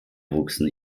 wuchsen